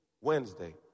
Wednesday